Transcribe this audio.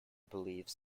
believes